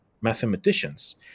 mathematicians